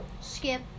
Skip